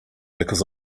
because